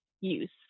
use